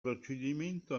procedimento